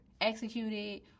executed